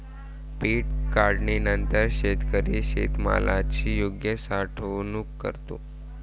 पीक काढणीनंतर शेतकरी शेतमालाची योग्य साठवणूक करतो